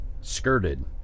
skirted